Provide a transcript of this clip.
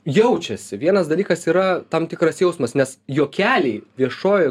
jaučiasi vienas dalykas yra tam tikras jausmas nes juokeliai viešoj